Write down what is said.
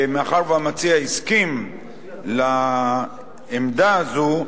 מאחר שהמציע הסכים לעמדה הזאת,